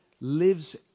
lives